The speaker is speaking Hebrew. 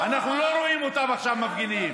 אנחנו לא רואים אותם עכשיו מפגינים,